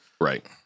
Right